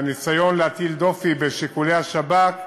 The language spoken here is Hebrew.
שהניסיון להטיל דופי בשיקולי השב"כ,